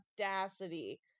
audacity